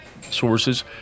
sources